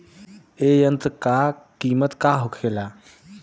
ए यंत्र का कीमत का होखेला?